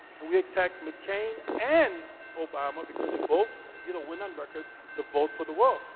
and we attacked mccain and obama because they both you know went on record to vote for the wall.